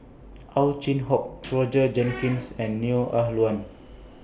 Ow Chin Hock Roger Jenkins and Neo Ah Luan